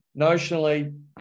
notionally